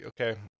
Okay